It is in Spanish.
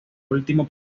último